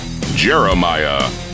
Jeremiah